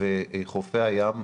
וחופי הים,